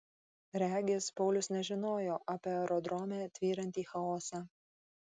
regis paulius nežinojo apie aerodrome tvyrantį chaosą